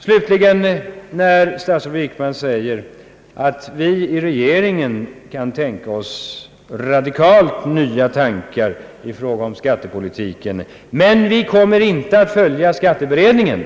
Statsrådet Wickman säger att »vi i regeringen kan tänka oss radikalt nya tankar i fråga om skattepolitiken, men vi kommer inte att följa skatteberedningen».